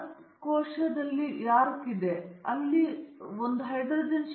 ಮತ್ತು ನಿಮಗೆ ಸ್ಕ್ಯಾನ್ ದರವನ್ನು ನೀಡಲಾಗುತ್ತದೆ ಇದು ಈ ಡೇಟಾದ ಸಂದರ್ಭದಲ್ಲಿ ನೀಡಲು ಬಹಳ ಮುಖ್ಯವಾದ ನಿಯತಾಂಕವಾಗಿದೆ